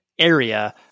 area